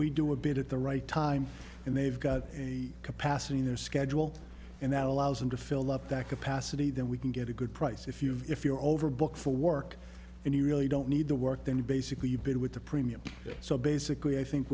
we do a bit at the right time and they've got a capacity in their schedule and that allows them to fill up that capacity then we can get a good price if you if you're over booked for work and you really don't need to work then you basically bid with the premium so basically i think